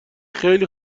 خیلی